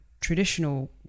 traditional